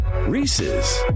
Reese's